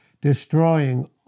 Destroying